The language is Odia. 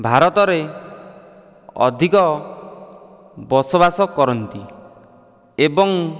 ଭାରତରେ ଅଧିକ ବସବାସ କରନ୍ତି ଏବଂ